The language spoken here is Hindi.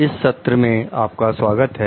इस सत्र में आपका स्वागत है